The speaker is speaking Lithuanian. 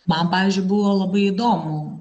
man pavyzdžiui buvo labai įdomu